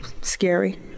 scary